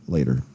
Later